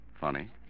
Funny